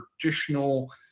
traditional